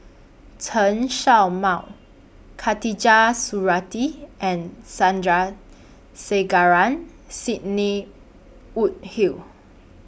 Chen Show Mao Khatijah Surattee and Sandrasegaran Sidney Woodhull